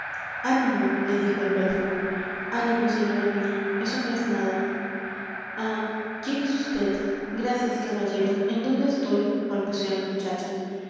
ánimo le dijo el belfo ánimo señora mía eso no es nada ah quién es vd gracias caballero en dónde estoy balbució la muchacha